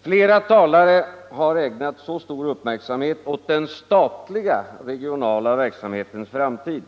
Flera talare har ägnat så stor uppmärksamhet åt den statliga regionala verksamhetens framtid